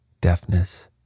deafness